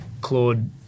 Claude